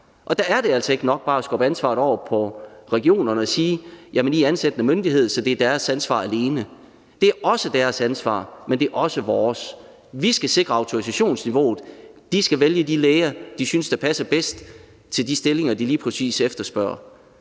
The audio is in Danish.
og der er det altså ikke nok bare at skubbe ansvaret over på regionerne og sige, at de er ansættende myndighed, så det alene er deres ansvar. Det er også deres ansvar, men det er også vores. Vi skal sikre autorisationsniveauet, og de skal vælge de læger, de synes passer bedst til de stillinger, de lige præcis ønsker